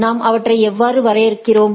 நாம் அவற்றை எவ்வாறு வரையறுக்கிறோம்